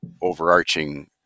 overarching